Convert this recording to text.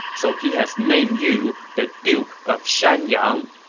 so he has named you the duke of shanyang.